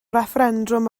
refferendwm